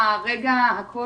דובר אחרון?